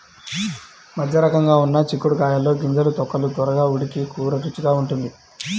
మధ్యరకంగా ఉన్న చిక్కుడు కాయల్లో గింజలు, తొక్కలు త్వరగా ఉడికి కూర రుచిగా ఉంటుంది